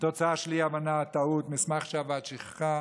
תוצאה של אי-הבנה, טעות, מסמך שאבד, שכחה,